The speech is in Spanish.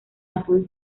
azul